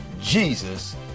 Jesus